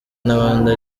n’abandi